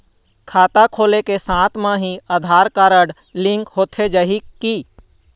खाता खोले के साथ म ही आधार कारड लिंक होथे जाही की?